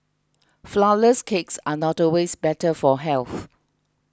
Flourless Cakes are not always better for health